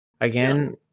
again